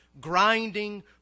grinding